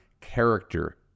character